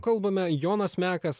kalbame jonas mekas